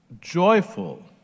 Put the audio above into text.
joyful